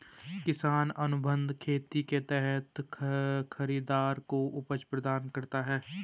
किसान अनुबंध खेती के तहत खरीदार को उपज प्रदान करता है